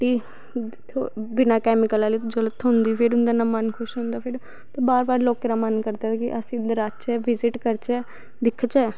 ते बिना कैमिकल आह्ली जिसलै थ्होंदी उन्दा मन खुश होई जंदा ते बार बार लोकें दा मन करदा ऐ कि अस इध्दर आह्चै बिजट करचै दिखचै